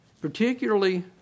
particularly